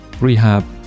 rehab